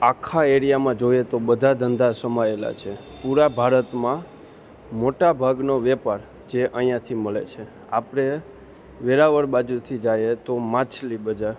આખા એરિયામાં જોઈએ તો બધા ધંધા સમાયેલા છે પૂરા ભારતમાં મોટા ભાગનો વેપાર જે અહીંયાથી મળે છે આપણે વેરાવળ બાજુથી જાઈએ તો માછલી બજાર